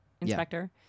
inspector